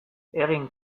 egin